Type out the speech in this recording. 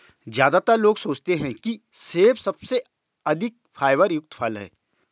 ज्यादातर लोग सोचते हैं कि सेब सबसे अधिक फाइबर युक्त फल है